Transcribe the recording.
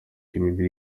imibiri